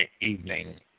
evening